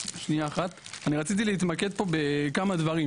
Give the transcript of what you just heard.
אני רציתי להתמקד בכמה דברים,